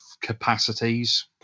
capacities